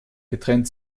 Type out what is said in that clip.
getrennt